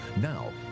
Now